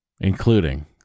including